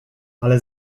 ale